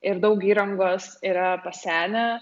ir daug įrangos yra pasenę